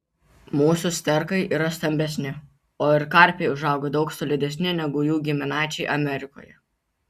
mūsų sterkai yra stambesni o ir karpiai užauga daug solidesni negu jų giminaičiai amerikoje